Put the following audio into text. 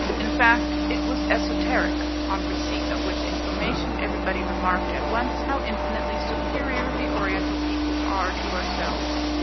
in fact, it was esoteric on receipt of which information everybody remarked at once how infinitely superior the oriental peoples are to ourselves.